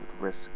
risk